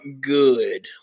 good